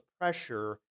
pressure